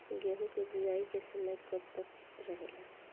गेहूँ के बुवाई के समय कब तक रहेला?